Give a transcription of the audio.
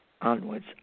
Onwards